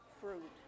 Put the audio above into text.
fruit